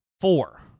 Four